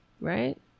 right